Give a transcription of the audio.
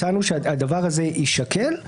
הצענו שהדבר הזה יישקל.